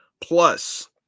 plus